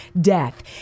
death